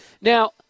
Now